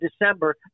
December